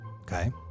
Okay